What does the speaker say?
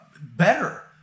Better